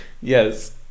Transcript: Yes